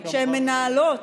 שהן מנהלות,